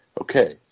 okay